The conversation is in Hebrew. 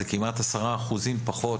זה כמעט 10% פחות,